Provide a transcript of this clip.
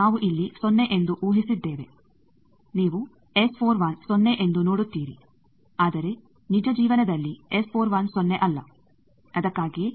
ನಾವು ಇಲ್ಲಿ ಸೊನ್ನೆ ಎಂದು ಊಹಿಸಿದ್ದೇವೆ ನೀವು ಸೊನ್ನೆ ಎಂದು ನೋಡುತ್ತೀರಿ ಆದರೆ ನಿಜ ಜೀವನದಲ್ಲಿ ಸೊನ್ನೆ ಅಲ್ಲ ಅದಕ್ಕಾಗಿಯೇ